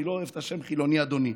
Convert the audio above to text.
אני לא אוהב את השם "חילוני", אדוני.